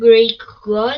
Greek Gods